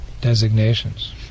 designations